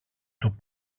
του